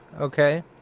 okay